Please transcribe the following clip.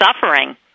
suffering